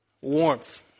Warmth